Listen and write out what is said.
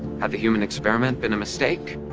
had the human experiment been a mistake?